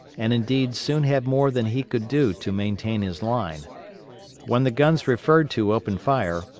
and indeed soon had more than he could do to maintain his line when the guns referred to opened fire,